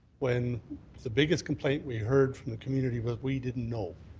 when the biggest complaint we heard from the community was we didn't know,